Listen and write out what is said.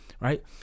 right